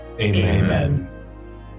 Amen